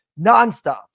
Nonstop